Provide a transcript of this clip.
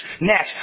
Next